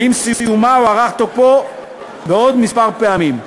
ועם סיומה הוארך תוקפו עוד כמה פעמים.